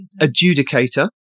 adjudicator